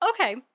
okay